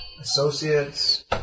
associates